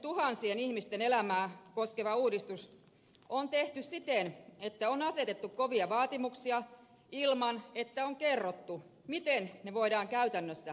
satojentuhansien ihmisten elämää koskeva uudistus on tehty siten että on asetettu kovia vaatimuksia ilman että on kerrottu miten ne voidaan käytännössä toteuttaa